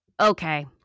Okay